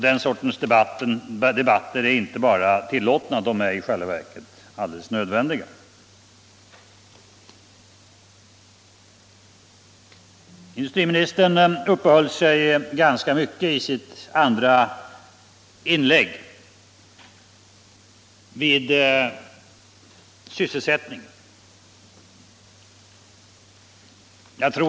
Den sortens debatter är inte bara tillåtna, de är i själva verket alldeles nöd Industriministern uppehöll sig ganska mycket i sitt andra inlägg vid sysselsättningen.